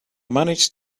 managed